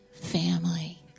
family